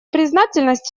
признательность